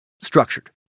structured